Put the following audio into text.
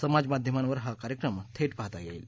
समाजमाध्यमांवर हा कार्यक्रम थेट पाहता येईल